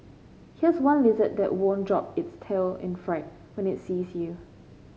here's one lizard that won't drop its tail in fright when it sees you